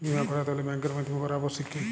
বিমা করাতে হলে ব্যাঙ্কের মাধ্যমে করা আবশ্যিক কি?